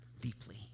deeply